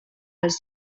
als